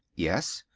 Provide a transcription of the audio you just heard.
yes.